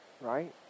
right